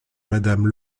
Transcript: madame